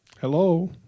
hello